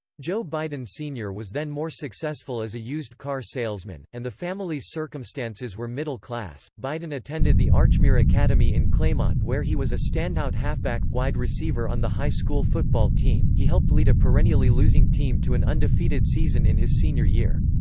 joe biden sr. was then more successful as a used car salesman, and the family's circumstances were middle class biden attended the archmere academy in claymont where he was a standout halfback wide receiver on the high school football team he helped lead a perennially losing team to an undefeated season in his senior year.